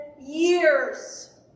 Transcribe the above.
years